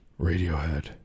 Radiohead